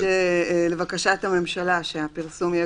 לבקשת הממשלה שהפרסום של ההכרזה יהיה